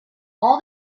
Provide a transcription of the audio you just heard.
all